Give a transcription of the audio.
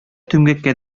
түмгәккә